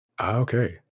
okay